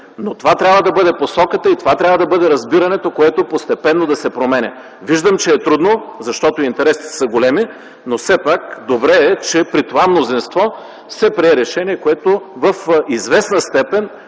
но това трябва да бъде посоката и това трябва да бъде разбирането, което постепенно да се променя. Виждам, че е трудно, защото интересите са големи, но все пак добре е, че при това мнозинство се прие решение, което в известна степен